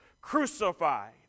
crucified